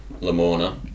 LaMorna